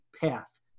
path